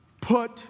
put